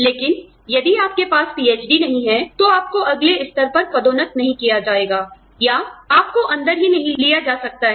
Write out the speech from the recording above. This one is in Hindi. लेकिन यदि आपके पास पीएचडी नहीं है तो आपको अगले स्तर पर पदोन्नत नहीं किया जाएगा या आपको अंदर ही नहीं लिया जा सकता है